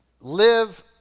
live